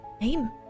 name